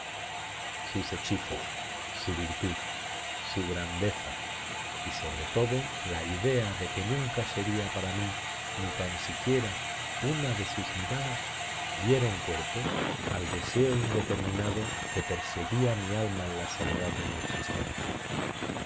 sus hechizos su virtud su grandeza y sobre todo la idea de que nunca sería para mí ni tan siquiera una de sus miradas dieron cuerpo al deseo indeterminado que perseguía mi alma en la soledad de mi existencia